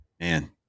man